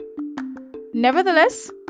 Nevertheless